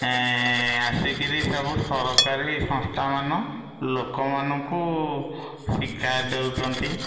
ଏ ଆସିକରି ସବୁ ସରକାରୀ ସଂସ୍ଥା ମାନ ଲୋକମାନଙ୍କୁ ଶିକ୍ଷା ଦଉଛନ୍ତି